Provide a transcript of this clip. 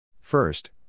First